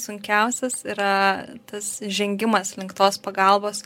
sunkiausias yra tas žengimas link tos pagalbos